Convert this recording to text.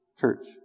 Church